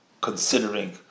considering